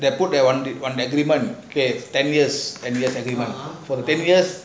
that put that on the okay ten years ten years agreement for ten years